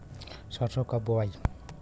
सरसो कब बोआई?